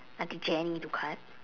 auntie Jenny to cut